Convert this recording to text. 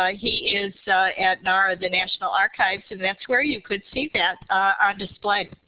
ah he is at nar, the national archives and that's where you could see that on display.